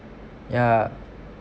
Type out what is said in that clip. ya